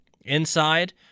inside